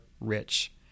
rich